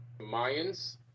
Mayans